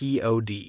pod